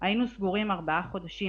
היינו סגורים ארבעה חודשים.